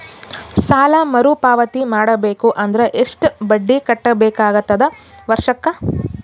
ಸಾಲಾ ಮರು ಪಾವತಿ ಮಾಡಬೇಕು ಅಂದ್ರ ಎಷ್ಟ ಬಡ್ಡಿ ಕಟ್ಟಬೇಕಾಗತದ ವರ್ಷಕ್ಕ?